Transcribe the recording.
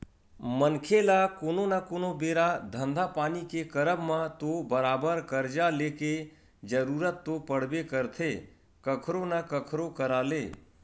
मनखे ल कोनो न कोनो बेरा धंधा पानी के करब म तो बरोबर करजा लेके जरुरत तो पड़बे करथे कखरो न कखरो करा ले